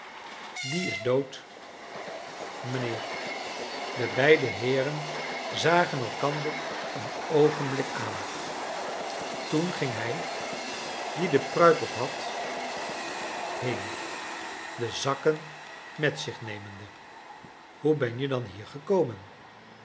die is dood mijnheer de beide heeren zagen elkander een oogenblik aan toen ging hij die de pruik op had heen de zakken met zich nemende hoe ben je dan hier gekomen